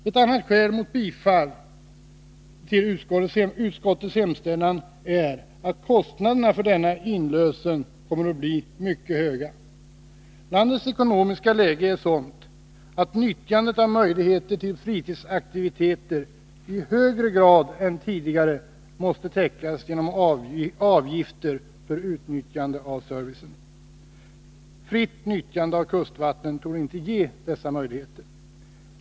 Ett annat skäl mot bifall till utskottets hemställan är att kostnaderna för denna inlösen kommer att bli mycket höga. Landets ekonomiska läge är sådant att nyttjandet av möjligheter till fritidsaktiviteter i högre grad än tidigare måste täckas genom avgifter för utnyttjande av servicen. Fritt nyttjande av kustvatten torde inte ge dessa möjligheter.